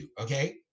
Okay